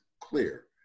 clear